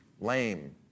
lame